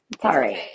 Sorry